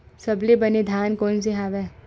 सबले बने धान कोन से हवय?